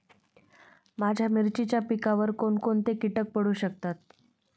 माझ्या मिरचीच्या पिकावर कोण कोणते कीटक पडू शकतात?